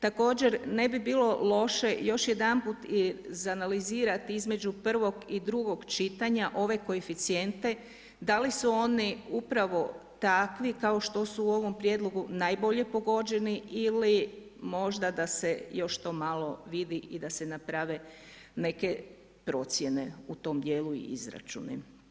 Također ne bi bilo loše još jedanput izanalizirati između prvog i drugog čitanja ove koeficijente da li su oni upravo takvi kao što su u ovom prijedlogu najbolje pogođeni ili možda da se još to malo vidi i da se naprave neke procjene u tom dijelu i izračuni.